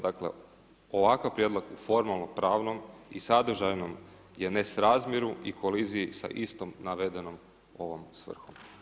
Dakle ovakav prijedlog u formalno pravnom i sadržajnom je nesrazmjeru i koliziji sa istom navedenom ovom svrhom.